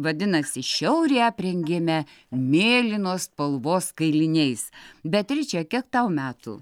vadinasi šiaurį aprengėme mėlynos spalvos kailiniais beatriče kiek tau metų